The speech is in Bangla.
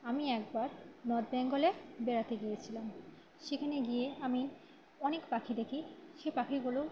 আমি একবার নর্থ বেঙ্গলে বেড়াতে গিয়েছিলাম সেখানে গিয়ে আমি অনেক পাখি দেখি সে পাখিগুলো